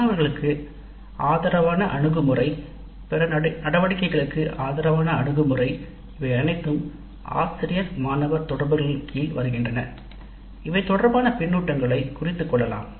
மாணவர்களுக்கு ஆதரவான அணுகுமுறை பிற நடவடிக்கைகளுக்கு ஆதரவான அணுகுமுறை மாணவர்கள் இவை அனைத்தும் ஆசிரியர் மாணவர் தொடர்புகளின் கீழ் வருகின்றன இவை தொடர்பான கருத்து அம்சங்களை குறிப்பிடலாம்